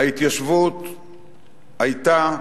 ההתיישבות היתה,